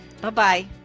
Bye-bye